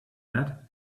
that